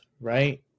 right